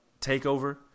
TakeOver